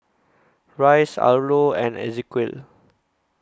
Rice Arlo and Ezequiel